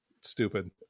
Stupid